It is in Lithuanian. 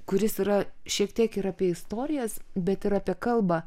kuris yra šiek tiek ir apie istorijas bet ir apie kalbą